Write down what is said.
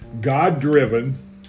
God-driven